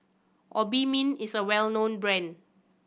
Obimin is a well known brand